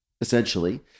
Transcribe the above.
essentially